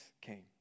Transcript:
came